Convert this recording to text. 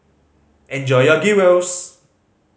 enjoy your Gyros